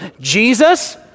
Jesus